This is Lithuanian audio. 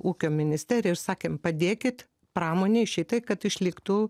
ūkio ministeriją ir sakėm padėkit pramonei šitai kad išliktų